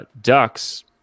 Ducks